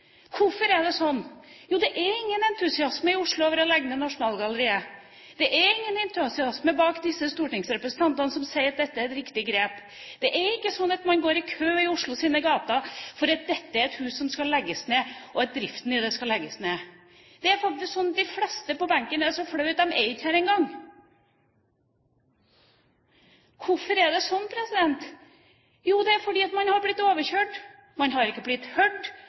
Hvorfor er det sånn? Jo, det er ingen entusiasme i Oslo over å legge ned Nasjonalgalleriet. Det er ingen entusiasme bak disse stortingsrepresentantene som sier at dette er et riktig grep. Det er ikke sånn at man går i kø i Oslos gater fordi driften i dette huset skal legges ned. Det er faktisk sånn at de fleste på benken er så flau at de ikke engang er her! Hvorfor er det sånn? Jo, det er fordi man har blitt overkjørt. Man har ikke blitt hørt.